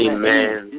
Amen